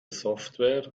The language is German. software